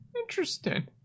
Interesting